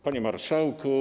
Panie Marszałku!